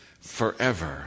forever